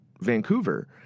Vancouver